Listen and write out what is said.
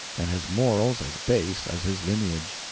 and his morals as base as his lineage.